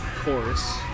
chorus